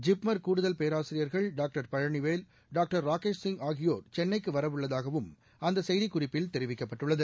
ஜிப்மர் கூடுதல் பேராசிரியர்கள் doctor Palanivel doctor Rakesh Singh ஆகியோர் சென்னைக்கு வரவுள்ளதாகவும் அந்த செய்திக்குறிப்பில் தெரிவிக்கப்பட்டுள்ளது